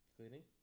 Cleaning